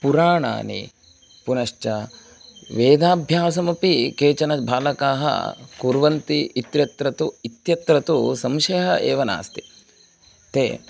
पुराणानि पुनश्च वेदाभ्यासमपि केचन बालकाः कुर्वन्ति इत्यत्र तु इत्यत्र तु संशयः एव नास्ति ते